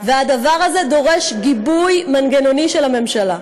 והדבר הזה דורש גיבוי מנגנוני של הממשלה.